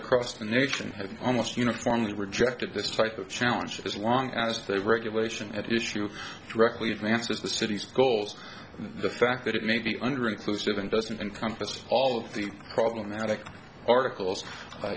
across the nation almost uniformly rejected this type of challenge as long as they regulation at issue directly advances the city's goals the fact that it may be under inclusive and doesn't encompass all the problematic articles